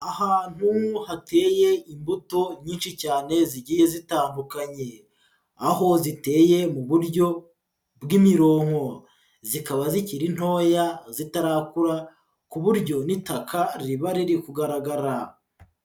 Ahantu hateye imbuto nyinshi cyane zigiye zitandukanye, aho ziteye mu buryo bw'imirongo, zikaba zikiri ntoya zitarakura, ku buryo n'itaka riba riri kugaragara.